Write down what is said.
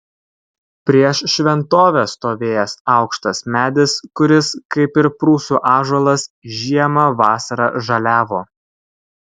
prieš šventovę stovėjęs aukštas medis kuris kaip ir prūsų ąžuolas žiemą vasarą žaliavo